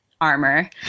armor